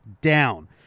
down